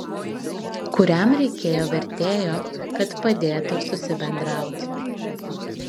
kuriam reikėjo vertėjo kad padėtų susibendraut